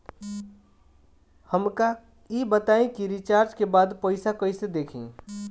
हमका ई बताई कि रिचार्ज के बाद पइसा कईसे देखी?